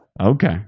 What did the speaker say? Okay